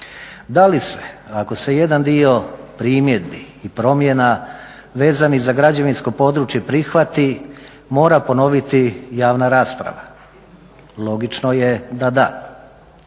Da li se ako se jedan dio primjedbi i promjena vezanih za građevinsko područje prihvati mora ponoviti javna rasprava? Logično je da da.